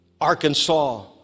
Arkansas